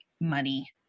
money